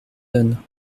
donne